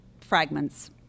fragments